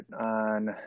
on